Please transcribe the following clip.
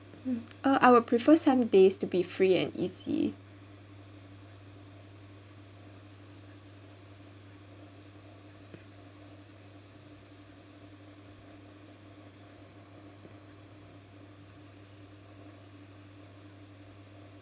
mm uh I will prefer some days to be free and easy